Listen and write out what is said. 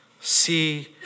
See